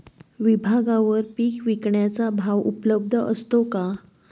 विभागवार पीक विकण्याचा भाव उपलब्ध असतो का?